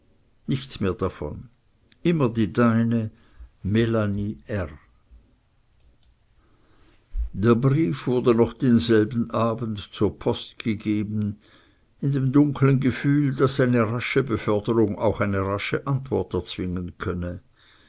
nichts mehr davon immer die deine melanie r der brief wurde noch denselben abend zur post gegeben in dem dunklen gefühl daß eine rasche beförderung auch eine rasche antwort erzwingen könne